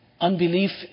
unbelief